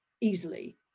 easily